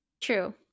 True